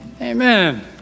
amen